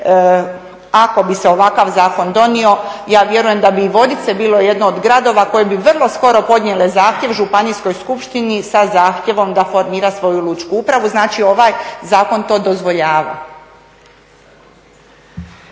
ako bi se ovakav zakon donio ja vjerujem da bi i Vodice bile jedan od gradova koji bi vrlo skoro podnio zahtjev županijskoj skupštini sa zahtjevom da formira svoju lučku upravu. Znači, ovaj zakon to dozvoljava.